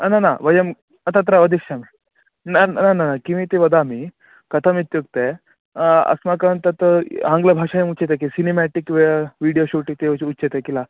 न न न वयं तत्र वदिष्यमि न न न किम् इति वदामि कथम् इत्युक्ते अस्माकं तत् आङ्ग्लभाषायां उच्यते किल सिनेमाटिक् व् वीडियो शूट् इति उच् उच्यते किल